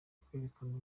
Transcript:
kwerekana